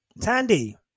Tandy